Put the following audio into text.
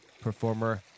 performer